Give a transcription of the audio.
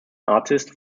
artist